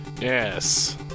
Yes